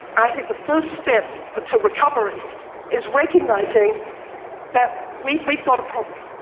i think the first step ah to recovery is recognizing that we've we've got a problem.